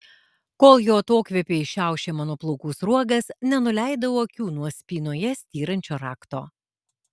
kol jo atokvėpiai šiaušė mano plaukų sruogas nenuleidau akių nuo spynoje styrančio rakto